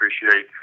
appreciate